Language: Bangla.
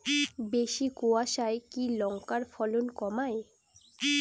বেশি কোয়াশায় কি লঙ্কার ফলন কমায়?